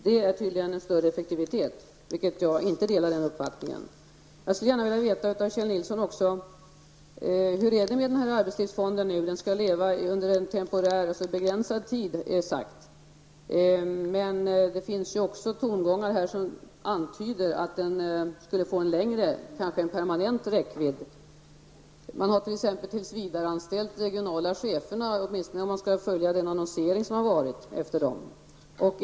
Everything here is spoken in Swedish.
Det är tydligen en större effektivitet, vilket är en uppfattning som jag inte delar. Jag skulle också gärna vilja veta av Kjell Nilsson hur det är med arbetslivsfonden. Den skall leva under en begränsad tid, är det sagt. Men det finns också tongångar som antyder att den skall få en längre, kanske permanent, position. Man har t.ex. tillsvidareanställt de regionala cheferna, åtminstone verkar det så om man följer den annonsering efter dem som har förevarit.